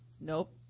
Nope